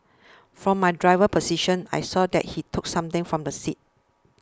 from my driver's position I saw that he took something from the seat